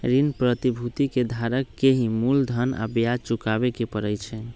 ऋण प्रतिभूति के धारक के ही मूलधन आ ब्याज चुकावे के परई छई